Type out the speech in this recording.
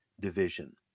division